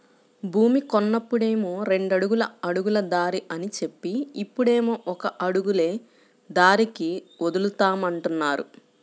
భూమి కొన్నప్పుడేమో రెండడుగుల అడుగుల దారి అని జెప్పి, ఇప్పుడేమో ఒక అడుగులే దారికి వదులుతామంటున్నారు